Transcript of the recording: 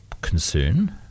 concern